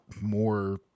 more